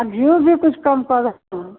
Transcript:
अब घिऊ भी कुछ कम करो ना